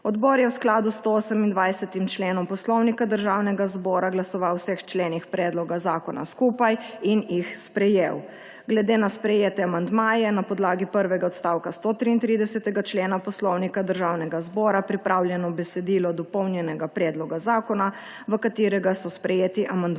Odbor je nato v skladu s 128. členom Poslovnika Državnega zbora glasoval še o vseh členih predloga zakona skupaj in jih sprejel. Glede na sprejete amandmaje je na podlagi prvega odstavka 133. člena Poslovnika Državnega zbora pripravljeno besedilo dopolnjenega predloga zakona, v katerega so sprejeti amandmaji